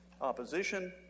opposition